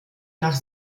nach